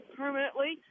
permanently